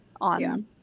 on